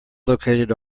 located